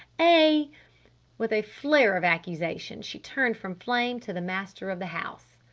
a with a flare of accusation she turned from flame to the master of the house.